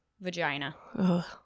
Vagina